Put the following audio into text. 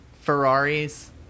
Ferraris